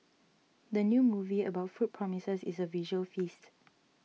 the new movie about food promises a visual feast